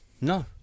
No